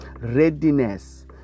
Readiness